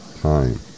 time